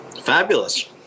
fabulous